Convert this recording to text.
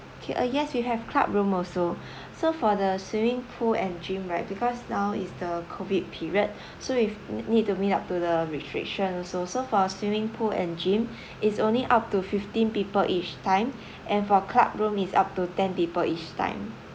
okay uh yes we have club room also so for the swimming pool and gym right because now is the COVID period so if need to meet up to the restriction also so for our swimming pool and gym it's only up to fifteen people each time and for club room is up to ten people each time